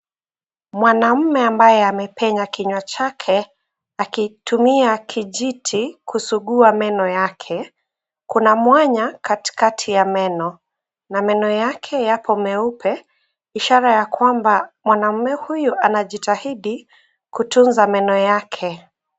Mwanaume ambaye amepenya kinywa chake akitumia kijiti kusugua meno yake. Kuna mwanya katikati ya meno na meno yake yako meupe ishara ya kwamba mwanaume huyu anajitahidi kutunza meno yake.